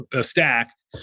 stacked